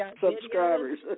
subscribers